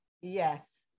Yes